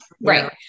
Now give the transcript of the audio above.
Right